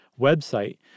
website